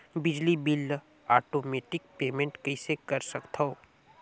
बिजली बिल ल automatic payment कइसे कर सकथव?